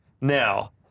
Now